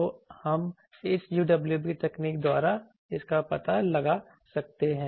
तो हम इस UWB तकनीक द्वारा इसका पता लगा सकते हैं